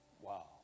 wow